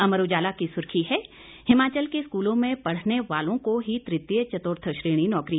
अमर उजाला की सुर्खी है हिमाचल के स्कूलों में पढ़ने वालों को ही तृतीय चतुर्थ श्रेणी नौकरी